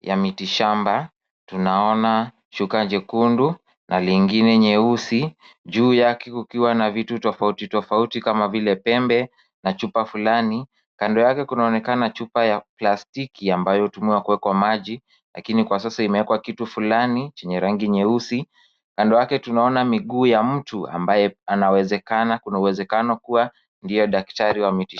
ya miti shamba tunaona huka jekundu na lingine nyeusi juu yake kukiwa na vitu tofauti tofauti kama vile pembe na chupa fulani. Kando yake kunaonekana chupa ya plastiki ambayo tumewekwa kwa maji lakini kwa sasa imewekwa kitu fulani chenye rangi nyeusi. Kando yake tunaona miguu ya mtu ambaye kuna uwezakano kuwa ndiye daktari wa miti.